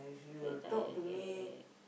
very tired already